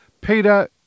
Peter